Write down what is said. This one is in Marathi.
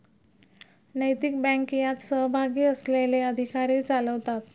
नैतिक बँक यात सहभागी असलेले अधिकारी चालवतात